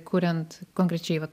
kuriant konkrečiai vat